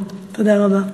תודה רבה.